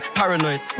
paranoid